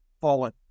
fallen